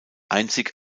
einzig